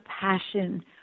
passion